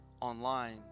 online